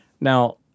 Now